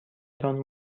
تان